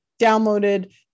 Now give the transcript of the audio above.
downloaded